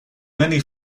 many